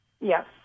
Yes